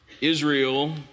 Israel